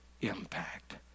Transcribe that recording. impact